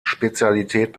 spezialität